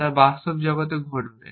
তা বাস্তব জগতে ঘটবে